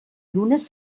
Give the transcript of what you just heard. llunes